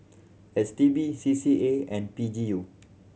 S T B C C A and P G U